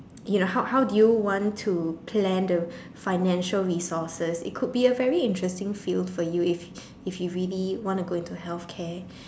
you know how how do you want to plan the financial resources it could be a very interesting field for you if if you really want to go into healthcare